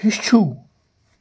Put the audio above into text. ہیٚچھِو